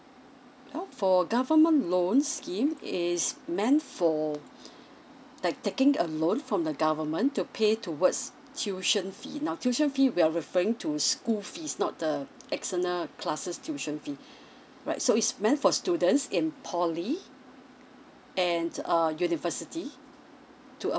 well for government loan scheme it's meant for like taking a loan from the government to pay towards tuition fee now tuition fee we are referring to school fees not the external classes tuition fee right so it's meant for students in poly and uh university to